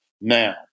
now